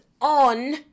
on